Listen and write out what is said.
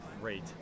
great